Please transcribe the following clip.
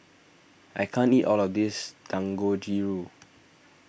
I can't eat all of this Dangojiru